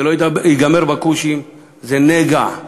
זה לא ייגמר בכושים, זה נגע.